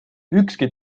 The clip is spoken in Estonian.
ükski